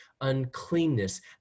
uncleanness